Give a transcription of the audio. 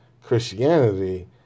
Christianity